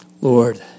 Lord